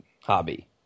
hobby